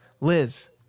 Liz